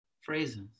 phrases